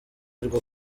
rwo